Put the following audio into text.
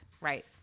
Right